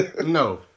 No